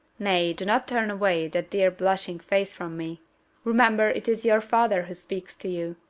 nay, do not turn away that dear blushing face from me remember it is your father who speaks to you.